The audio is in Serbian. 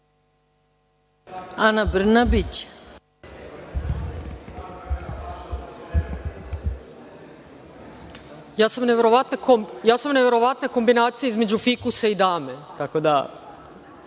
**Ana Brnabić** Ja sam neverovatna kombinacija između fikusa i dame. Hoću da